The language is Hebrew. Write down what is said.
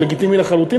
זה לגיטימי לחלוטין.